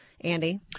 Andy